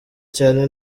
cyane